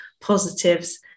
positives